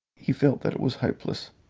he felt that it was hopeless